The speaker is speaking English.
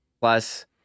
Plus